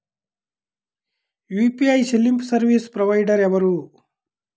UPI చెల్లింపు service provider ఎవరు?